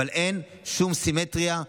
אבל אין שום סימטריה.